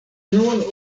nun